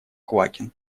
квакин